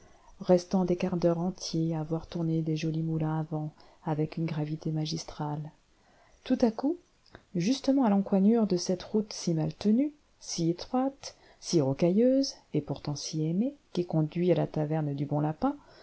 restant des quarts d'heure entiers à voir tourner les jolis moulins à vent avec une gravité magistrale tout à coup justement à l'encoignure de cette route si mal tenue si étroite si rocailleuse et pourtant si aimée qui conduit à la taverne du bon lapin